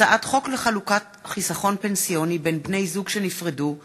הצעת חוק לחלוקת חיסכון פנסיוני בין בני-זוג שנפרדו (תיקון)